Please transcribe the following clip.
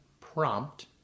prompt